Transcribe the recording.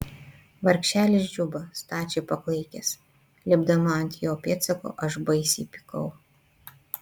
vargšelis džuba stačiai paklaikęs lipdama ant jo pėdsako aš baisiai pykau